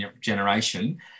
generation